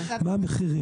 מה המחיר?